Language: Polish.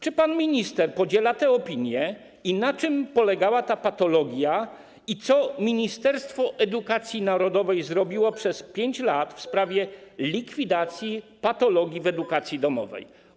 Czy pan minister podziela tę opinię, na czym polegała ta patologia i co ministerstwo edukacji zrobiło przez 5 lat w sprawie likwidacji patologii w edukacji domowej?